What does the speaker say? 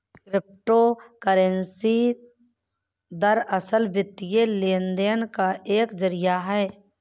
crypto currency दरअसल, वित्तीय लेन देन का एक जरिया है